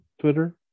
Twitter